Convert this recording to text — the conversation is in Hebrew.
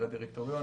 של הדירקטוריון,